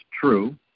true